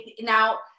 now